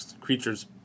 creature's